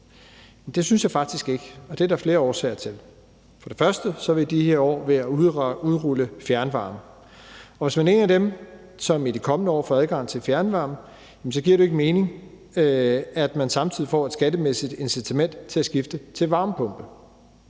Det synes jeg faktisk ikke, og det er der flere årsager til. For det første er vi i de her år ved at udrulle fjernvarme. Hvis man er en af dem, som i de kommende år får adgang til fjernvarme, giver det ikke mening, at man samtidig får et skattemæssigt incitament til at skifte til varmepumpe.